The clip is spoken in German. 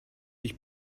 sich